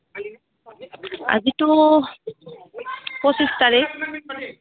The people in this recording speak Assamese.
আজিতো পঁচিছ তাৰিখ